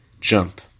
jump